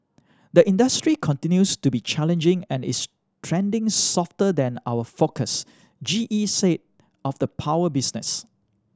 the industry continues to be challenging and is trending softer than our forecast G E said of the power business